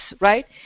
right